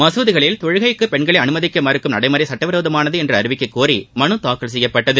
மசூதிகளில் தொழுகைக்கு பெண்களை அனுமதிக்க மறுக்கும் நடைமுறை சட்டவிரோதமானது என்று அறிவிக்கக்கோரி மனு தாக்கல் செய்யப்பட்டது